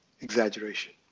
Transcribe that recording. exaggeration